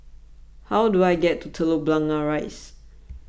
how do I get to Telok Blangah Rise